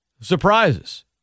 Surprises